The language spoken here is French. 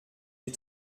les